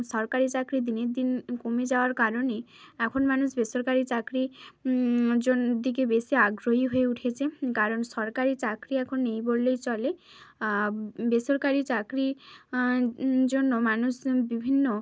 সরকারি চাকরি দিনের দিন কমে যাওয়ার কারণে এখন মানুষ বেসরকারি চাকরি জন দিকে বেশি আগ্রহী হয়ে উঠেছে কারণ সরকারি চাকরি এখন নেই বললেই চলে বেসরকারি চাকরি জন্য মানুষ বিভিন্ন